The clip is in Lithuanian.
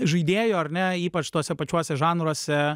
žaidėjo ar ne ypač tuose pačiuose žanruose